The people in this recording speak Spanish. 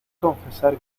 confesar